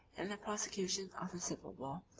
in the prosecution of the civil war,